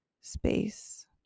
space